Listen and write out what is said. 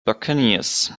buccaneers